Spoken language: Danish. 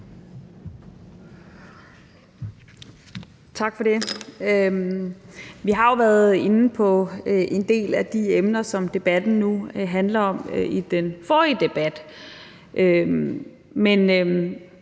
Tak for det. Vi har jo været inde på en del af de emner, som debatten nu handler om, i den forrige debat, så